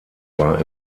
war